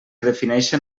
defineixen